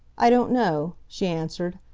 i don't know, she answered.